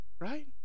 right